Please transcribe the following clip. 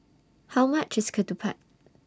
How much IS Ketupat